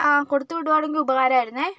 ആ കൊടുത്ത് വിടുവാണെങ്കിൽ ഉപകാരം ആയിരുന്നു